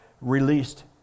released